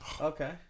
Okay